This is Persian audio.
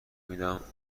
میدم